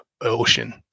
ocean